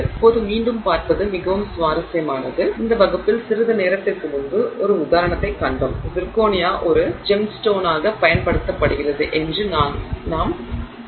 இப்போது மீண்டும் பார்ப்பது மிகவும் சுவாரஸ்யமானது இந்த வகுப்பில் சிறிது நேரத்திற்கு முன்பு ஒரு உதாரணத்தைக் கண்டோம் சிர்கோனியா ஒரு ஜெம்ஸ்டோனாகப் பயன்படுத்தப்படுகிறது என்று நாங்கள் சொல்லிக் கொண்டிருந்தோம்